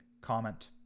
comment